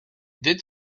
did